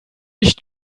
nicht